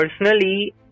Personally